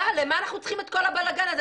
למה אנחנו צריכים את כל הבלגן הזה?